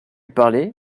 parler